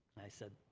i said,